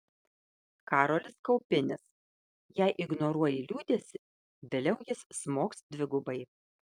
karolis kaupinis jei ignoruoji liūdesį vėliau jis smogs dvigubai